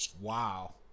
Wow